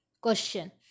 Question